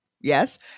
Yes